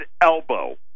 elbow